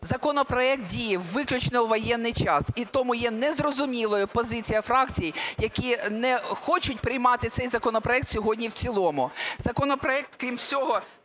Законопроект діє виключно в воєнний час. І тому є незрозумілою позиція фракцій, які не хочуть приймати цей законопроект сьогодні в цілому. Законопроект, крім всього,